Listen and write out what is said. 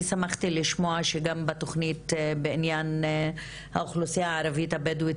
אני שמחתי לשמוע שגם בתוכנית בענין האוכלוסיה הערבית הבדואית